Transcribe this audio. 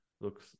looks